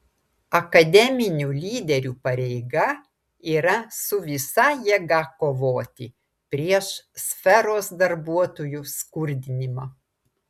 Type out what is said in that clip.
akademinių lyderių pareiga yra su visa jėga kovoti prieš sferos darbuotojų skurdinimą